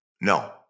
No